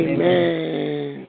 Amen